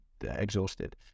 exhausted